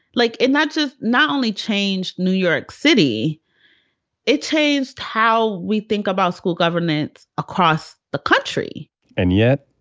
like, it not just not only changed new york city it changed how we think about school governments across the country and yet.